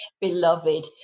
beloved